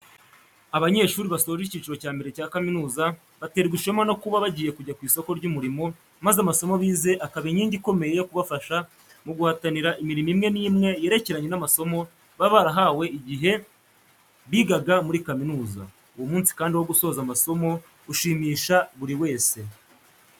Abanyeshuri basoje icyiciro cya mbere cya kaminuza, baterwa ishema no kuba bagiye kujya ku isoko ry'umurimo maze amasomo bize akaba inkingi ikomeye yo kubafasha mu guhatanira imirimo imwe n'imwe yerekeranye n'amasomo baba barahawe igihe bagiga muri kaminuza. Uwo munsi kandi wo gusoza amasomo, ushimisha buri wese.